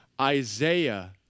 Isaiah